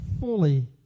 fully